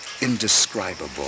indescribable